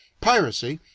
piracy,